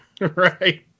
Right